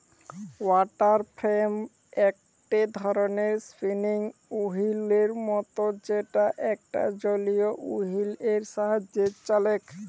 water frame একটো ধরণের spinning ওহীলের মত যেটা একটা জলীয় ওহীল এর সাহায্যে চলেক